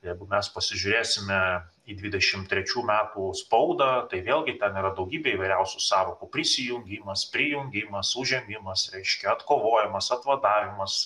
jeigu mes pasižiūrėsime į dvidešim trečių metų spaudą tai vėlgi ten yra daugybė įvairiausių sąvokų prisijungimas prijungimas užėmimas reiškia atkovojimas atvadavimas